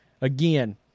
Again